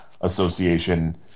association